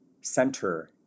center